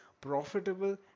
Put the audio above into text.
profitable